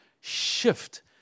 shift